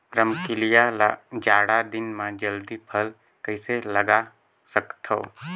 रमकलिया ल जाड़ा दिन म जल्दी फल कइसे लगा सकथव?